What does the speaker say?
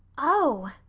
oh!